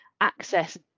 access